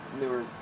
newer